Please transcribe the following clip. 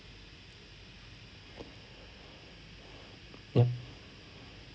ya